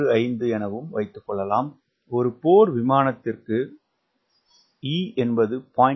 015 எனவும் ஒரு போர் விமானத்திற்கு ஆஸ்வால்டு குணகம் e 0